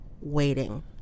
waiting